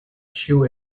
ĉiu